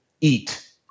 eat